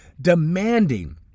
demanding